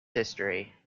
history